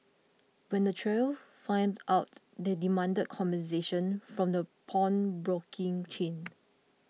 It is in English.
when the trio found out they demanded compensation from the pawnbroking chain